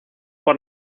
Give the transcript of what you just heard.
por